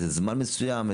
זמן מסוים?